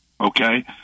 okay